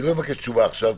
אני לא מבקש תשובה עכשיו,